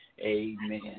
Amen